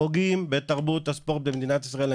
פוגעים בתרבות הספורט במדינת ישראל.